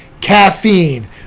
caffeine